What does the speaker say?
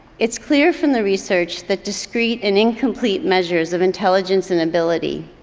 it's clear from the research that discrete and incomplete measures of intelligence and ability,